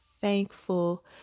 thankful